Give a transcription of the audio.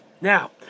Now